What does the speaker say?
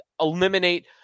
eliminate